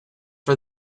for